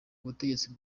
ubutegetsi